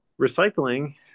Recycling